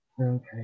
Okay